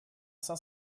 cinq